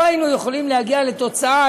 לא היינו יכולים להגיע לתוצאה.